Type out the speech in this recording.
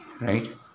right